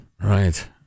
Right